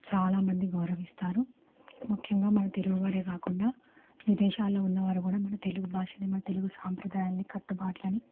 చాలా మంది గౌరవిస్తారు ముఖ్యంగా మన తెలుగు వారే కాకుండా విదేశాల్లో ఉన్నవారు కూడా మన తెలుగు భాషని మన తెలుగు సంప్రదాయాలని కట్టుబాట్లనీ